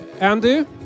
Andy